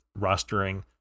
rostering